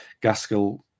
Gaskell